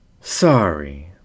Sorry